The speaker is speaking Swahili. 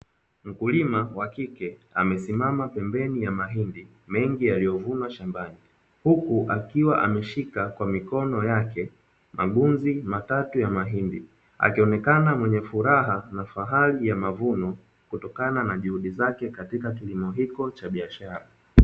Mkulima wa kike amesimama pembeni ya mahindi mengi yaliyo vunwa shambani, Huku akiwa ameshika kwa mikono yake mabunzi matatu ya mahindi, akionekana mwenye furaha na fahari ya mavuno, kutokana na juhudi zake katika kilimo hiko cha biashara.